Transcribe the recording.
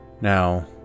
Now